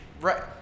Right